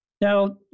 Now